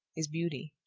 is beauty.